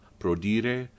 prodire